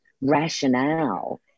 rationale